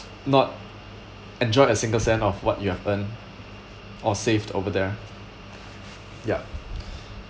not enjoyed a single cent of what you have earned or saved over there ya